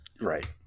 Right